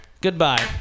Goodbye